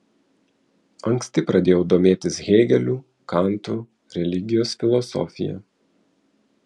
anksti pradėjau domėtis hėgeliu kantu religijos filosofija